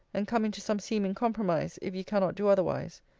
and come into some seeming compromise, if you cannot do otherwise.